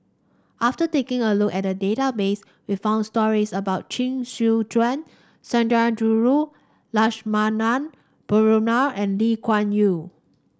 after taking a look at the database we found stories about Chee Soon Juan Sundarajulu Lakshmana Perumal and Lee Kuan Yew